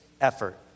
effort